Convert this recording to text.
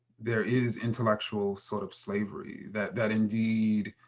there is intellectual sort of slavery. that that indeed,